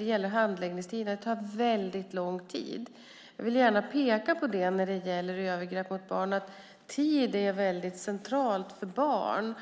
gällde handläggningstiderna. Det tar väldigt lång tid. När det gäller övergrepp mot barn vill jag understryka att tid är mycket centralt för barn.